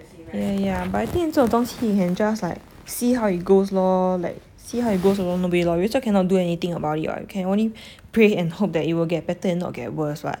yeah yeah yeah but I think 这种东西 you have to just like see how it does lor like see how it goes along the way like we also cannot do anything about it [what] we can only pray and hope that it will get better and not get worse [what]